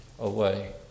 Away